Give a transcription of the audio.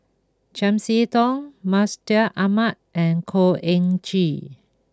Chiam See Tong Mustaq Ahmad and Khor Ean Ghee